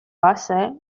base